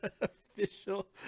official